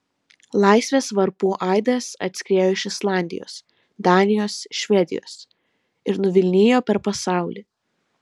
laisvės varpų aidas atskriejo iš islandijos danijos švedijos ir nuvilnijo per pasaulį